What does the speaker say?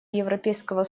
европейского